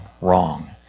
wrong